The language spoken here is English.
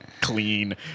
Clean